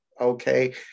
okay